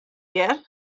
hear